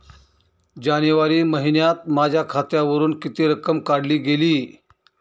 जानेवारी महिन्यात माझ्या खात्यावरुन किती रक्कम काढली गेली?